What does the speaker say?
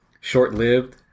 Short-lived